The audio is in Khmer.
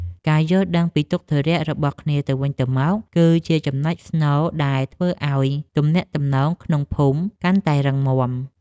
ការយល់ដឹងពីទុក្ខធុរៈរបស់គ្នាទៅវិញទៅមក គឺជាចំណុចស្នូលដែលធ្វើឱ្យទំនាក់ទំនងក្នុងភូមិកាន់តែរឹងមាំ។